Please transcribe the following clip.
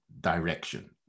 direction